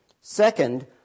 Second